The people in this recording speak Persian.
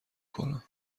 کنم